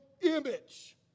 image